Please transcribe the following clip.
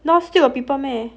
now still got people meh